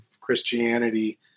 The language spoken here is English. Christianity